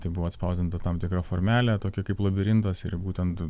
tai buvo atspausdinta tam tikra formelė tokia kaip labirintas ir būtent